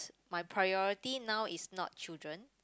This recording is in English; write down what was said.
my priority now is not children